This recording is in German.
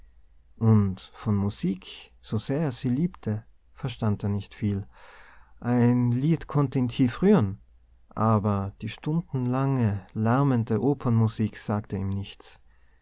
und von musik so sehr er sie liebte verstand er nicht viel ein lied konnte ihn tief rühren aber die stundenlange lärmende opernmusik sagte ihm nichts